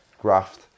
Graft